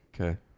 Okay